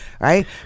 right